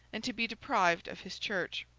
and to be deprived of his church.